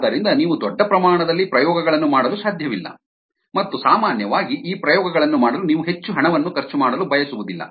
ಆದ್ದರಿಂದ ನೀವು ದೊಡ್ಡ ಪ್ರಮಾಣದಲ್ಲಿ ಪ್ರಯೋಗಗಳನ್ನು ಮಾಡಲು ಸಾಧ್ಯವಿಲ್ಲ ಮತ್ತು ಸಾಮಾನ್ಯವಾಗಿ ಈ ಪ್ರಯೋಗಗಳನ್ನು ಮಾಡಲು ನೀವು ಹೆಚ್ಚು ಹಣವನ್ನು ಖರ್ಚು ಮಾಡಲು ಬಯಸುವುದಿಲ್ಲ